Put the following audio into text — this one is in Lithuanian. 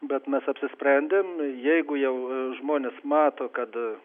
bet mes apsisprendėm jeigu jau žmonės mato kad